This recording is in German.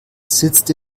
sitzt